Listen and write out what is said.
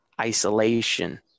isolation